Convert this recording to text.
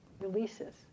releases